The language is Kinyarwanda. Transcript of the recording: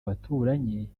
baturanyi